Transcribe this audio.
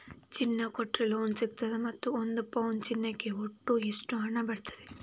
ಚಿನ್ನ ಕೊಟ್ರೆ ಲೋನ್ ಸಿಗ್ತದಾ ಮತ್ತು ಒಂದು ಪೌನು ಚಿನ್ನಕ್ಕೆ ಒಟ್ಟು ಎಷ್ಟು ಹಣ ಬರ್ತದೆ?